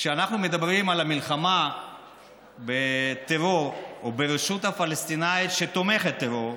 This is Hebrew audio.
כשאנחנו מדברים על המלחמה בטרור או ברשות הפלסטינית שתומכת טרור,